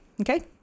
Okay